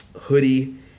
hoodie